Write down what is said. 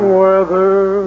weather